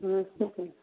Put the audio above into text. हूँ ठीक हय